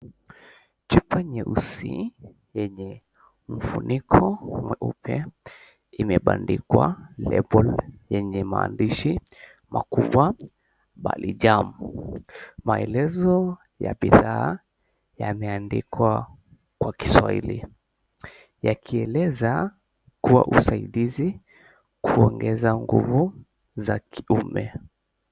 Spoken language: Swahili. Chupa nyeusi yenye mfuniko mweupe imebandikwa label yenye maandishi makubwa, Balijaam. Maelezo ya bidhaa yameandikwa kwa Kiswahili yakieleza kuwa usaidizi kuongeza nguvu za kiume.